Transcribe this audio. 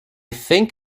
think